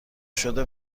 شده